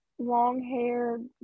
long-haired